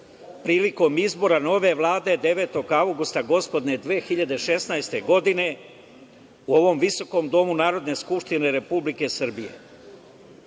prilikom izbora nove Vlade 9. avgusta gospodnje 2016. godine u ovom visokom domu Narodne skupštine Republike Srbije. Inače,